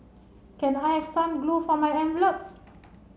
can I have some glue for my envelopes